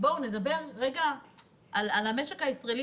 נדבר רגע על המשק הישראלי,